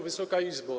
Wysoka Izbo!